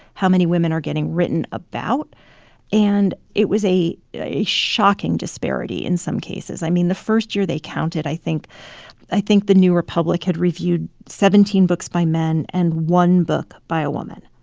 how many women are getting written about and it was a yeah a shocking disparity in some cases. i mean, the first year they counted, i think i think the new republic had reviewed seventeen books by men and one book by a woman.